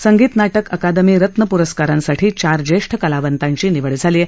संगीत नाटक अकादमी रत्न प्रस्कारासाठी चार ज्येष्ठ कलावतांची निवड झाली आहे